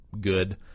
good